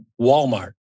Walmart